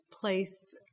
place